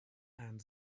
and